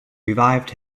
revived